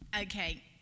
okay